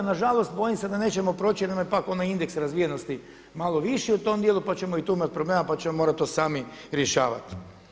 Na žalost bojim se da nećemo proći jer nam je pak' onaj indeks razvijenosti malo viši u tom dijelu, pa ćemo i tu imat problema, pa ćemo morati to sami rješavati.